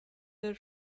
their